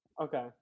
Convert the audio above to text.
Okay